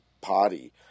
party